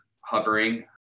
hovering